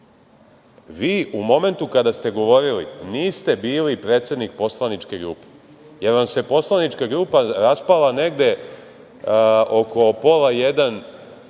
Vi u momentu kada ste govorili niste bili predsednik poslaničke grupe, jer vam se poslanička grupa raspala negde oko pola jedan